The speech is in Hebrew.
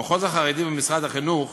המחוז החרדי במשרד החינוך